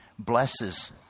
Blesses